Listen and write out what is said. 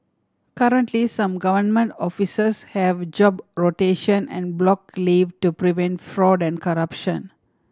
currently some government offices have job rotation and block leave to prevent fraud and corruption